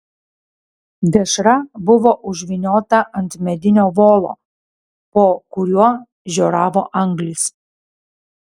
dešra buvo užvyniota ant medinio volo po kuriuo žioravo anglys